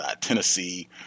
Tennessee